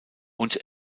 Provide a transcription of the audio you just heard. und